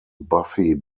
buffy